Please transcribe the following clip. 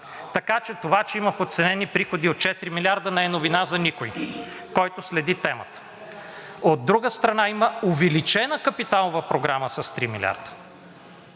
Така че това, че има подценени приходи от 4 милиарда, не е новина за никого, който следи темата. От друга страна, има увеличена капиталова програма с 3 милиарда.